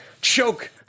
Choke